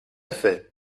fait